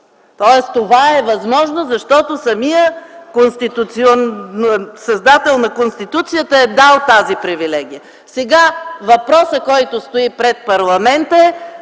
тоест това е възможно, защото самият създател на Конституцията е дал тази привилегия. Сега въпросът, който стои пред парламента, е